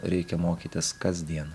reikia mokytis kasdien